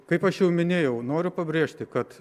kaip aš jau minėjau noriu pabrėžti kad